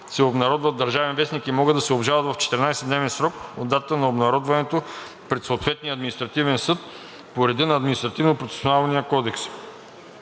се обнародват в „Държавен вестник“ и могат да се обжалват в 14-дневен срок от датата на обнародването пред съответния административен съд по реда на